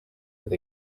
with